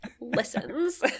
listens